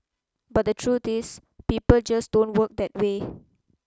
but the truth is people just don't work that way